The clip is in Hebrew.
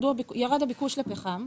ירד הביקוש לפחם,